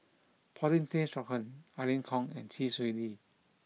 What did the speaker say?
Paulin Tay Straughan Irene Khong and Chee Swee Lee